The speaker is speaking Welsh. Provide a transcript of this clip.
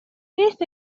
beth